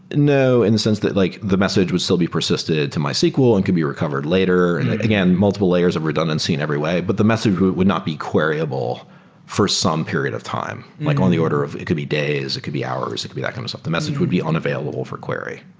no instance that like the message would still be persisted to mysql and could be recovered later. again, multiple layers of redundancy in every way, but the message would not be queriable for some period of time, like on the order of it could be days. it could be hours. it could be that kind of stuff. the message would be unavailable for query.